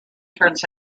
turns